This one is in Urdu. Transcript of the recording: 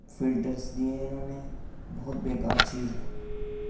فلٹرس دیے ہیں انہوں نے بہت بیکار چیز ہے